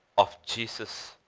of jesus